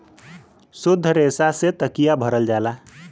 सुद्ध रेसा से तकिया भरल जाला